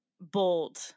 bold